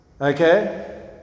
Okay